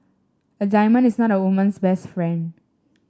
a diamond is not a woman's best friend